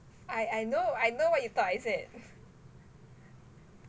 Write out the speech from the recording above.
I know I know what you thought I said